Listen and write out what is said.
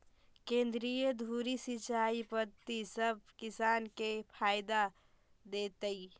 केंद्रीय धुरी सिंचाई पद्धति सब किसान के फायदा देतइ